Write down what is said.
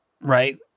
right